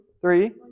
three